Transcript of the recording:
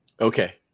Okay